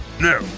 No